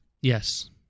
Yes